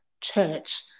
church